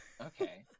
Okay